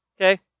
Okay